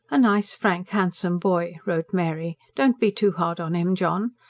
a nice frank handsome boy, wrote mary. don't be too hard on him, john.